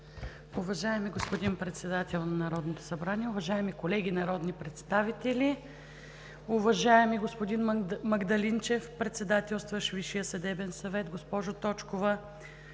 Уважаеми господин Председател на Народното събрание, уважаеми колеги народни представители, уважаеми господин Магдалинчев – председателстващ Висшия съдебен съвет, госпожо Точкова,